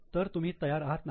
तर तुम्ही तयार आहात ना